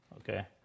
okay